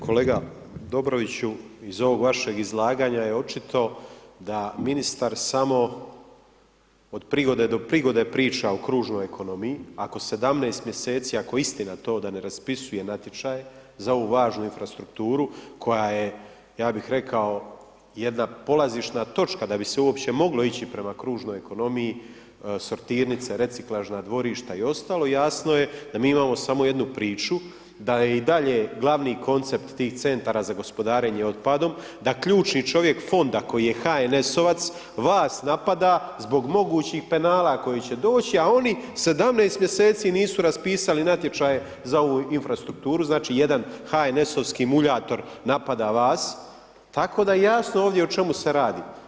Kolega Dobroviću, iz ovog vašeg izlaganja je očito da ministar samo od prigode do prigode priča o kružnoj ekonomiji, ako 17 mj., ako je istina to da ne raspisuje natječaje za ovu važnu infrastrukturu koja je ja bih rekao, jedna polazišna točka da bi se uopće moglo ići prema kružnoj ekonomiji, sortirnice, reciklažna dvorišta i ostalo, jasno je da mi imamo samo jednu priču, da je i dalje glavni koncept tih centara za gospodarenje otpadom, da ključni čovjek fonda koji je HNS-ovac, vas napada zbog mogućih penala koji će doći a onih 17 mj. nisu raspisali natječaje za ovu infrastrukturu, znači jedan HNS-ovski muljator napada vas, tako da je jasno ovdje o čemu se radi.